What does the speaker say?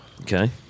Okay